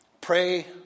Pray